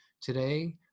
Today